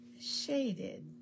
shaded